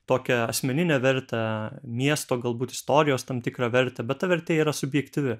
tokią asmeninę vertę miesto galbūt istorijos tam tikrą vertę bet ta vertė yra subjektyvi